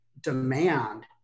demand